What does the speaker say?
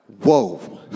whoa